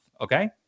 Okay